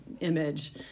image